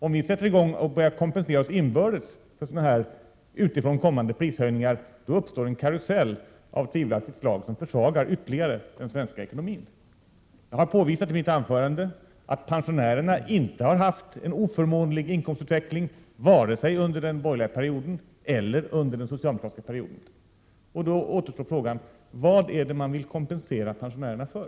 Om vi sätter i gång och börjar kompensera oss inbördes vid utifrån kommande prishöjningar, uppstår en karusell av tvivelaktigt slag, vilket skulle ytterligare försvaga den svenska ekonomin. I mitt anförande har jag påvisat att pensionärerna inte har haft en oförmånlig inkomstutveckling, varken under den borgerliga perioden eller under den socialdemokratiska perioden. Då återstår frågan: Vad är det man vill kompensera pensionärerna för?